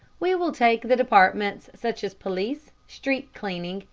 we will take the departments, such as police, street-cleaning,